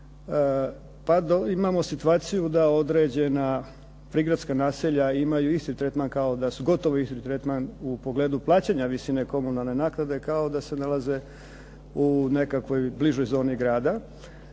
pa imamo situaciju da određena prigradska naselja imaju gotovo isti tretman u pogledu plaćanja visine komunalne naknade kao da se nalaze u nekakvoj bližoj zoni grada.